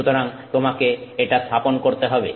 সুতরাং তোমাকে এটা স্থাপন করতে হবে